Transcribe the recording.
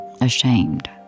ashamed